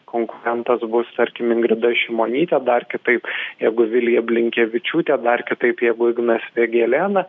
konkurentas bus tarkim ingrida šimonytė dar kitaip jeigu vilija blinkevičiūtė dar kitaip jeigu ignas vėgėlė na